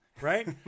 Right